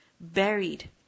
buried